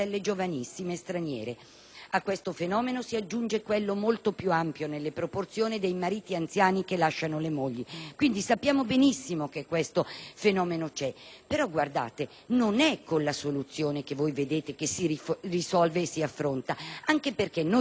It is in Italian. A questo fenomeno si aggiunge quello, molto più ampio nelle proporzioni, dei mariti anziani che lasciano le mogli. Sappiamo benissimo che questo fenomeno c'è, però non è con la soluzione che voi prevedete che esso si risolve e si affronta anche perché daremo la possibilità a